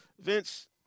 Vince